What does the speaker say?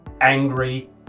angry